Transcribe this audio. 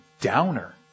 downer